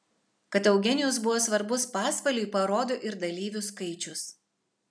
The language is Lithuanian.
kad eugenijus buvo svarbus pasvaliui parodo ir dalyvių skaičius